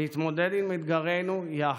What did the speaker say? להתמודד עם אתגרינו יחד,